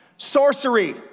Sorcery